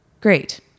Great